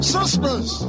Sisters